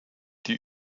die